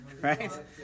Right